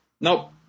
Nope